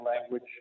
language